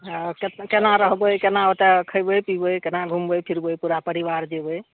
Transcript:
हँ के केना रहबय केना ओतऽ खेबय पिबय केना घुमबय फिरबय पूरा परिवार जेबय